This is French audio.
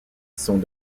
sont